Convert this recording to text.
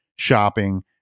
shopping